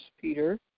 Peter